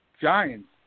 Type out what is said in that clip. Giants